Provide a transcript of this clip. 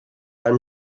einem